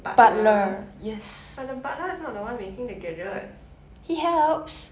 butler but the butler is not the one making the gadgets